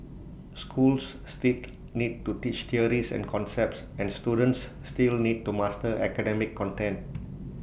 schools still need to teach theories and concepts and students still need to master academic content